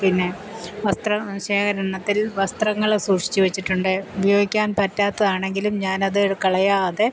പിന്നെ വസ്ത്ര ശേഖരണത്തിൽ വസ്ത്രങ്ങൾ സൂക്ഷിച്ചു വച്ചിട്ടുണ്ട് ഉപയോഗിക്കാൻ പറ്റാത്തതാണെങ്കിലും ഞാൻ അത് കളയാതെ